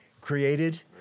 created